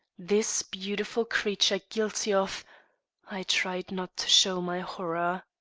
this beautiful creature guilty of i tried not to show my horror.